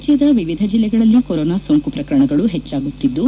ರಾಜ್ಯದ ವಿವಿಧ ಜಿಲ್ಲೆಗಳಲ್ಲಿ ಕೊರೊನಾ ಸೋಂಕು ಪ್ರಕರಣಗಳು ಹೆಚ್ಚಾಗುತ್ತಿದ್ದು